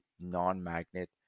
non-magnet